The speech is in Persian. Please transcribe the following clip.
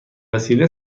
وسیله